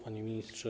Panie Ministrze!